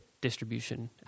distribution